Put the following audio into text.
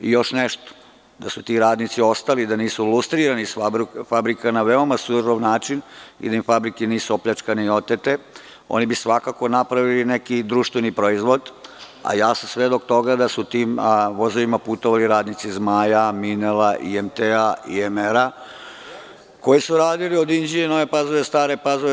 Još nešto, da su ti radnici ostali, da nisu lustrirani iz fabrika na veoma surov način i da fabrike nisu otete oni bi svakako napravili neki društveni proizvod, a ja sam svedok toga da su tim vozovima putovali radnici „Zmaja“, „Minela“, IMT i IMR koji su radili od Inđije, Nova Pazova, Stare Pazove.